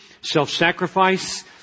self-sacrifice